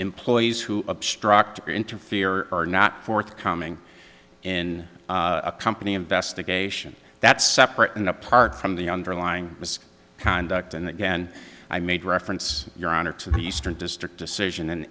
employees who obstruct or interfere or are not forthcoming in a company investigation that's separate and apart from the underlying miss conduct and again i made reference your honor to the eastern district decision and